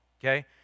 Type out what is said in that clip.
okay